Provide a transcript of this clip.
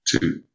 two